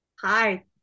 hi